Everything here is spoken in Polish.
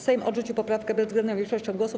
Sejm odrzucił poprawkę bezwzględną większością głosów.